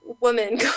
woman